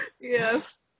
Yes